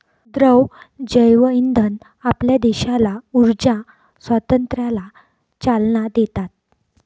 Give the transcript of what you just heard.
द्रव जैवइंधन आपल्या देशाला ऊर्जा स्वातंत्र्याला चालना देतात